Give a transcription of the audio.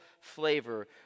flavor